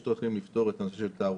יש דרכים לפתור את הנושא של תערוכה.